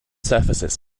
surfaces